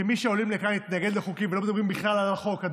כמי שעולים לכאן להתנגד לחוקים ולא מדברים בכלל על החוק,